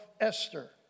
Esther